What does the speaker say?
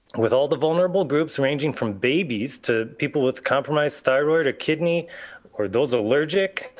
with all the vulnerable groups ranging from babies to people with compromised thyroid or kidney or those allergic,